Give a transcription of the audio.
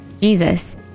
Jesus